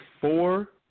four